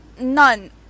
none